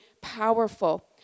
powerful